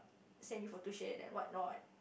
send you for tuition and whatnot